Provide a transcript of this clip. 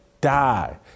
die